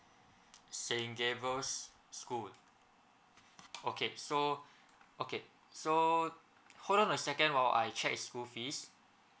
saint gabriel's school okay so okay so hold on a second while I check his school fees